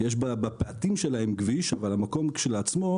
יש בפאתים שלהם כביש אבל המקום כשלעצמו,